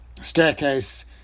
staircase